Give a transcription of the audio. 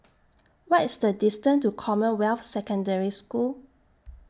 What IS The distance to Commonwealth Secondary School